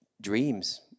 dreams